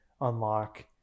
unlock